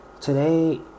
today